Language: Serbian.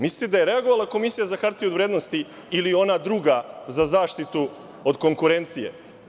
Mislite da je reagovala Komisija za hartije od vrednosti ili ona druga za zaštitu od konkurencije?